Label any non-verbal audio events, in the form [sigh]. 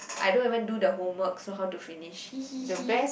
I don't even do the homework so how to finish [noise]